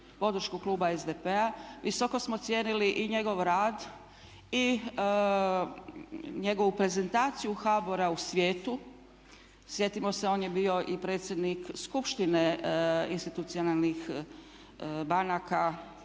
podršku kluba SDP-a. Visoko smo cijenili i njegov rad i njegovu prezentaciju HBOR-a u svijetu. Sjetimo se on je bio i predsjednik Skupštine institucionalnih banaka